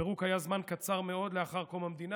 הפירוק היה זמן קצר מאוד לאחר קום המדינה,